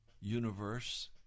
universe